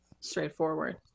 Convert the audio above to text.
Straightforward